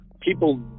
people